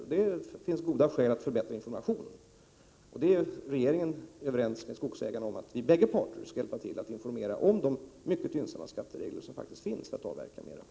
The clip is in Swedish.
Det finns alltså goda skäl att förbättra informationen. Regeringen är överens med skogsägarna om att bägge parter skall hjälpa till att informera om de mycket gynnsamma skatteregler som faktiskt finns när det gäller avverkning.